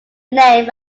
name